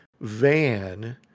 van